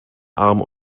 arm